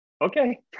okay